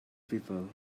people